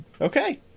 Okay